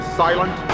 silent